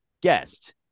guest